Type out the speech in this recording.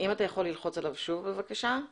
אנחנו בתהליך של הקמה מערכת חדשה בקיץ 2021,